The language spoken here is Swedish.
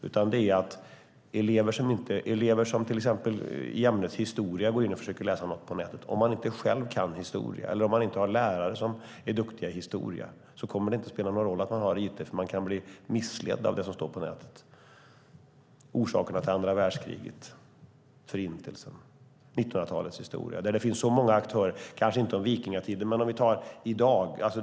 Det handlar i stället om att elever, till exempel i ämnet historia, går in och försöker läsa något på nätet. Om man då inte själv kan historia eller om man inte har lärare som är duktiga i historia kommer det inte att spela någon roll att man har it, för man kan bli missledd av det som står på nätet. När det gäller orsakerna till andra världskriget och Förintelsen finns det många aktörer som nu har ett intresse av att vinkla bilder ur sitt perspektiv.